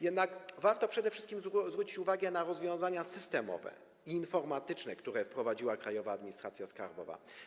Jednak warto przede wszystkim zwrócić uwagę na rozwiązania systemowe i informatyczne, które wprowadziła Krajowa Administracja Skarbowa.